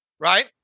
right